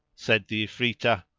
said the ifritah,